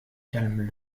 calment